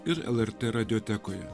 ir lrt radiotekoje